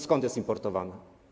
Skąd jest importowane?